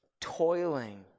toiling